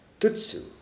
Tutsu